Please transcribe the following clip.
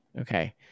Okay